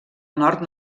nord